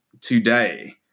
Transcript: today